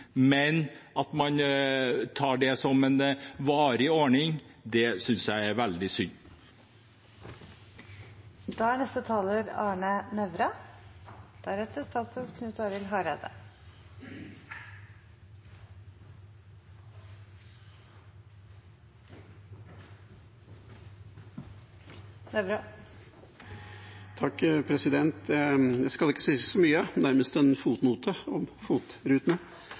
men at man tar det som en varig ordning, synes jeg er veldig synd. Jeg skal ikke si så mye, nærmest en fotnote, om FOT-rutene. Det SV har vært veldig opptatt av, tror jeg